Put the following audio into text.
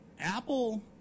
Apple